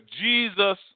Jesus